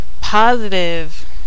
positive